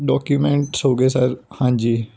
documents ਹੋ ਗਏ sir ਹਾਂਜੀ